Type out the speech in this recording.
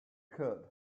kid